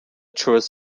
truest